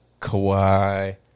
Kawhi